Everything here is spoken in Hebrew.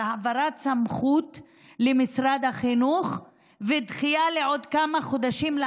העברת סמכות למשרד החינוך ודחייה לעוד כמה חודשים של